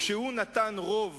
כשהוא נתן רוב